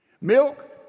milk